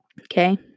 okay